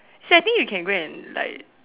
so I think you can go and like